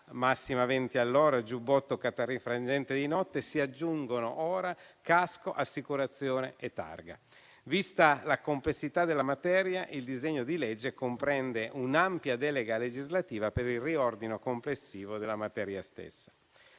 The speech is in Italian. massima a 20 all'ora, giubbotto catarifrangente di notte), si aggiungono ora casco, assicurazione e targa. Vista la complessità della materia, il disegno di legge comprende un'ampia delega legislativa per il riordino complessivo della materia stessa.